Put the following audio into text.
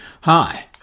Hi